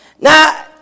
now